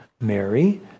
Mary